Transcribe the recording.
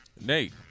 Nate